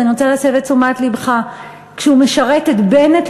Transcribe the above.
אז אני רוצה להסב את תשומת לבך: כשהוא משרת את בנט,